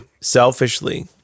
selfishly